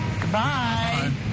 Goodbye